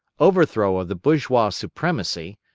overthrow of the bourgeois supremacy,